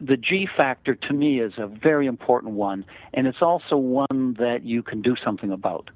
the g factor to me is a very important one and it's also one that you can do something about.